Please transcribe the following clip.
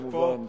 כמובן,